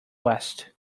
west